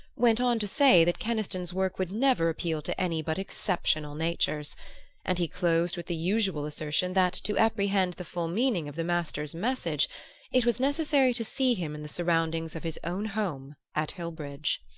went on to say that keniston's work would never appeal to any but exceptional natures and he closed with the usual assertion that to apprehend the full meaning of the master's message it was necessary to see him in the surroundings of his own home at hillbridge.